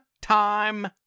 time